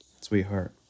Sweetheart